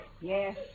Yes